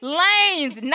lanes